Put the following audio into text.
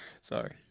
Sorry